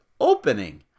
opening